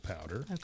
powder